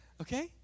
Okay